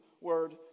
Word